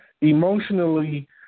Emotionally